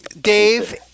Dave